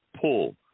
pull